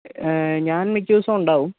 ഏ ഞാൻ മിക്ക ദിവസവും ഉണ്ടാവും